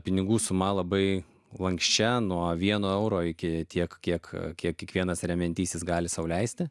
pinigų suma labai lanksčia nuo vieno euro iki tiek kiek kiek kiekvienas remiantysis gali sau leisti